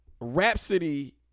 Rhapsody